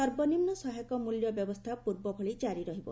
ସର୍ବନିମ୍ନ ସହାୟକ ମୂଲ୍ୟ ବ୍ୟବସ୍ଥା ପୂର୍ବଭଳି କାରି ରହିବ